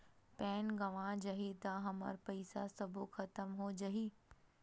Pan गंवा जाही हमर पईसा सबो खतम हो जाही?